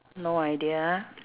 no idea